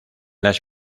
las